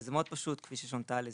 זה מאוד פשוט, כפי ששונטל אמרה.